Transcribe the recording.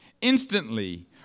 Instantly